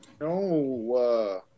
No